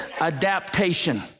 adaptation